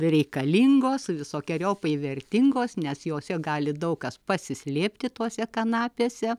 reikalingos visokeriopai vertingos nes jose gali daug kas pasislėpti tose kanapėse